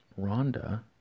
Rhonda